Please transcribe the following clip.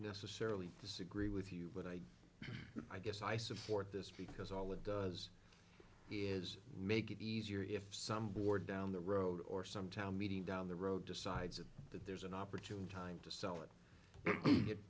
necessarily disagree with you but i i guess i support this because all it does is make it easier if some board down the road or some town meeting down the road decides that there's an opportune time to sell it